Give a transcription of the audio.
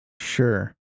Sure